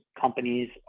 companies